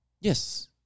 Yes